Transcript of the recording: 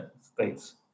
states